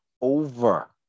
over